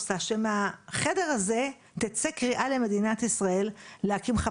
אני חושבת שמדינת ישראל עושה בנסיבות